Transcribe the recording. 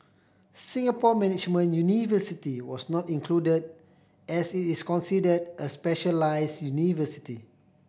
Singapore Management University was not included as it is considered a specialised university